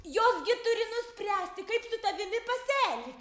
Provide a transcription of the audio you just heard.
jos gi turi nuspręsti kaip su tavimi pasielgti